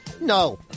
No